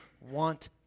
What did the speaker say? want